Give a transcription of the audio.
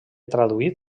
traduït